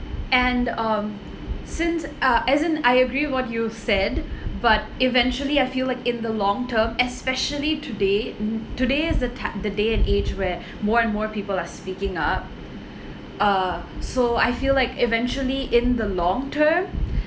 and um since uh as in I agree what you've said but eventually I feel like in the long term especially today today's the the day and age where more and more people are speaking up uh so I feel like eventually in the long term